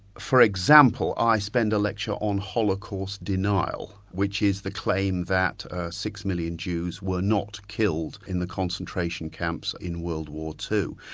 for example, i spent a lecture on holocaust denial, which is the claim that six million jews were not killed in the concentration camps in world war ii,